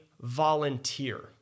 volunteer